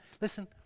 listen